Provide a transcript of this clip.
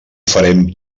farem